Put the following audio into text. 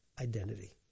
identity